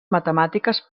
matemàtiques